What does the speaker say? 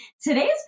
Today's